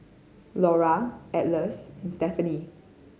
Laura Atlas and Stephany